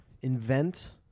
invent